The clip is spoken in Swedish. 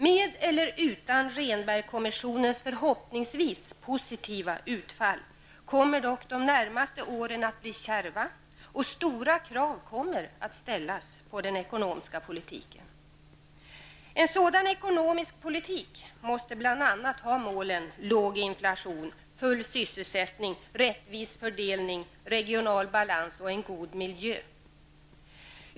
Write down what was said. Med eller utan Rehnbergkommissionens förhoppningsvis positiva utfall kommer dock de närmaste åren att bli kärva, och stora krav kommer att ställas på den ekonomiska politiken. En sådan ekonomisk politik måste bl.a. ha målen låg inflation, full sysselsättning, rättvis fördelning, regional balans och en god miljö.